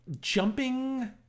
jumping